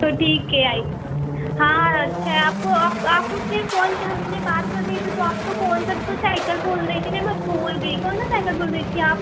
तो ठीक है आइए हाँ अच्छा है आप आप उस दिन फ़ोन से हमसे बात कर रही थीं तो आप तो कौन सा तो साइकल बोल रही थी न मैं भूल गई कौन सा साइकल बोल रही थी आप